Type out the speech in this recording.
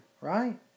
right